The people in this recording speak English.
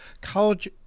college